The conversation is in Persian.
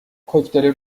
کوکتل